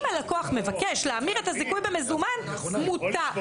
אם הלקוח מבקש להמיר את הזיכוי במזומן מותר,